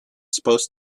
supposed